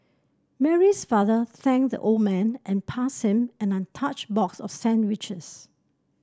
Mary's father thanked the old man and passed him an untouched box of sandwiches